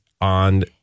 on